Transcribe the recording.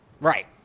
Right